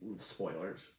spoilers